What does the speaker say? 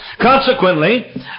Consequently